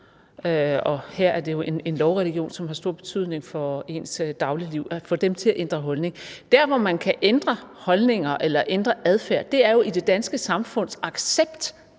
her er det jo en lovreligion, som har stor betydning for ens dagligliv – til at ændre holdning. Der, hvor man kan ændre holdninger eller adfærd, er jo i det danske samfunds accept